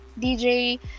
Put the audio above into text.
DJ